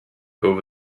over